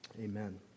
amen